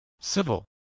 Civil